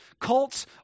Cults